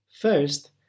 First